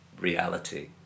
reality